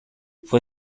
fue